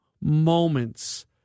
moments